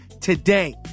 today